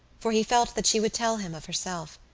for he felt that she would tell him of herself.